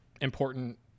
important